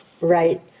Right